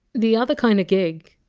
the other kind of gig,